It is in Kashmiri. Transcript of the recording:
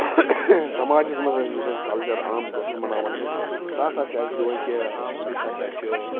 سماجس منٛز اَسہِ یُس اَسہِ کلچَر عَام طور مناوان چھِ سُہ ہسا چھُ اَسہِ یِہَے کہِ أسۍ ہسا چھِ